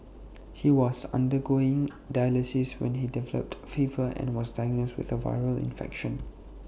he was undergoing dialysis when he developed A fever and was diagnosed with A viral infection